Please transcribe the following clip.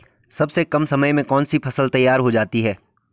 सबसे कम समय में कौन सी फसल तैयार हो जाती है?